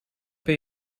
ben